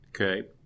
Okay